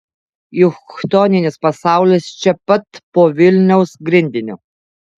juk chtoninis pasaulis čia pat po vilniaus grindiniu